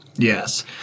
Yes